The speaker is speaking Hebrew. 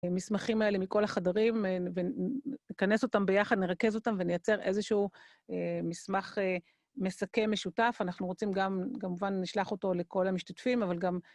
מסמכים האלה מכל החדרים, נכנס אותם ביחד, נרכז אותם ונייצר איזשהו מסמך מסכם משותף. אנחנו רוצים גם, כמובן, נשלח אותו לכל המשתתפים, אבל גם...